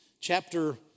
Chapter